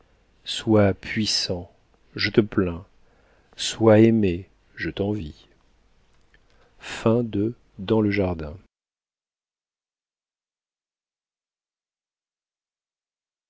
sois puissant je te plains sois aimé je t'envie